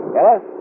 Yes